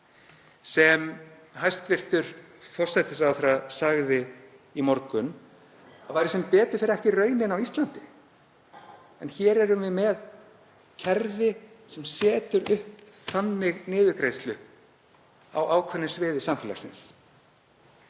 sem hæstv. forsætisráðherra sagði í morgun að væri sem betur fer ekki raunin á Íslandi. En hér erum við með kerfi sem setur upp þannig niðurgreiðslu á ákveðnu sviði samfélagsins.